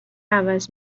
عوض